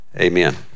amen